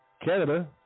canada